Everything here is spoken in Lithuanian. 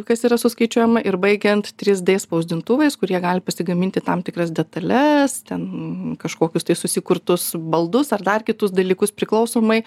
kas yra suskaičiuojama ir baigiant trys d spausdintuvais kurie gali pasigaminti tam tikras detales ten kažkokius tai susikurtus baldus ar dar kitus dalykus priklausomai